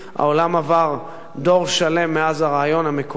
העולם עבר דור שלם מאז הרעיון המקורי,